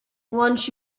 once